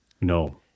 No